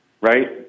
right